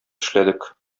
эшләдек